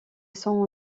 sont